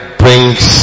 brings